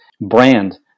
brand